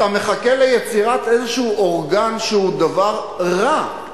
אתה מחכה ליצירת איזה אורגן שהוא דבר רע,